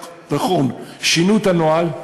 נכון, שינו את הנוהל,